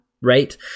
right